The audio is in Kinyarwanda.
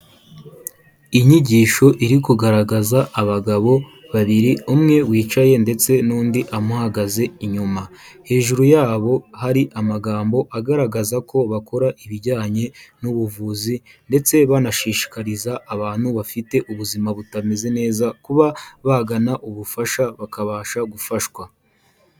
Inyigisho iri kugaragaza abagabo babiri, umwe wicaye ndetse n'undi amuhagaze inyuma. Hejuru yabo hari amagambo agaragaza ko bakora ibijyanye n'ubuvuzi ndetse banashishikariza abantu bafite ubuzima butameze neza kuba bagana ubufasha bakabasha gufashwa.